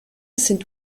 sind